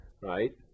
right